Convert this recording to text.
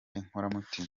inkoramutima